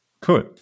cool